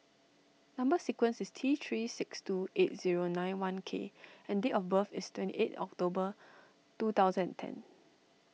Number Sequence is T three six two eight zero nine one K and date of birth is twenty eight October two thousand and ten